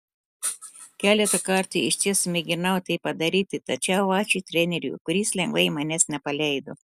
keletą kartų išties mėginau tai padaryti tačiau ačiū treneriui kuris lengvai manęs nepaleido